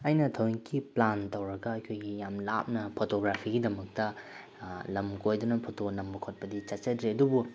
ꯑꯩꯅ ꯊꯧꯑꯣꯏꯡꯀꯤ ꯄ꯭ꯂꯥꯟ ꯇꯧꯔꯒ ꯑꯩꯈꯣꯏꯒꯤ ꯌꯥꯝ ꯂꯥꯞꯅ ꯐꯣꯇꯣꯒ꯭ꯔꯥꯐꯤꯒꯤꯗꯃꯛꯇ ꯂꯝ ꯀꯣꯏꯗꯨꯅ ꯐꯣꯇꯣ ꯅꯝꯕ ꯈꯣꯠꯄꯗꯤ ꯆꯠꯆꯗ꯭ꯔꯤ ꯑꯗꯨꯕꯨ